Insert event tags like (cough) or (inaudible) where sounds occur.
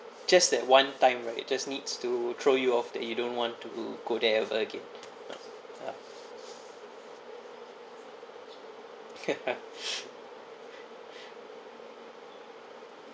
just that one time right just needs to throw you off that you don't want to go there over again ah ah (laughs) (noise)